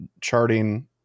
charting